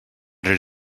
did